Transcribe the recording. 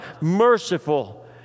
merciful